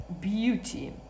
beauty